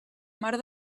mar